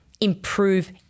improve